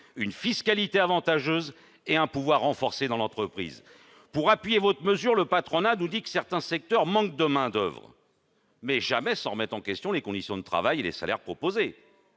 une fiscalité avantageuse et un pouvoir renforcé dans l'entreprise. Pour appuyer votre mesure, le patronat nous dit que certains secteurs manquent de main-d'oeuvre, mais sans jamais remettre en question les conditions de travail et les salaires proposés.